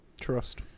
trust